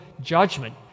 judgment